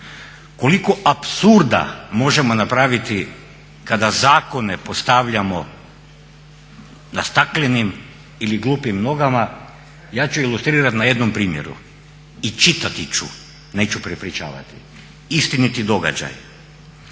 Koliko apsurda možemo napraviti kada zakone postavljamo na staklenim ili glupim nogama ja ću ilustrirati na jednom primjeru, i čitati ću, neću prepričavati istiniti događaj.